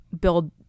build